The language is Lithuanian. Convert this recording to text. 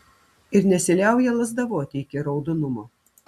ir nesiliauja lazdavoti iki raudonumo